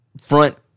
front